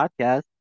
podcast